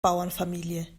bauernfamilie